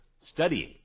studying